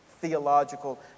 theological